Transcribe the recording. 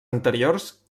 anteriors